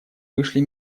вышли